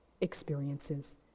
experiences